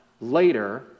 later